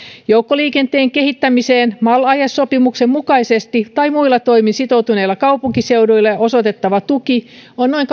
joukkoliikenteen kehittämiseen mal aiesopimuksen mukaisesti tai muilla toimin sitoutuneille kaupunkiseuduille osoitettava tuki on noin